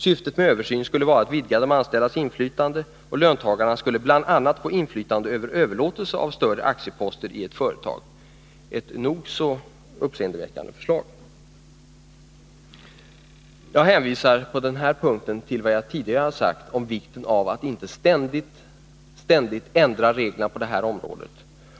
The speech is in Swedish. Syftet med översynen skulle vara att vidga de anställdas inflytande. Löntagarna skulle bl.a. få inflytande över överlåtelse av större aktieposter i ett företag. Detta är ett nog så uppseendeväckande förslag. Jag hänvisar på den punkten till vad jag tidigare har sagt om vikten av att inte ständigt ändra reglerna på det här området.